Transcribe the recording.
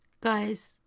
guys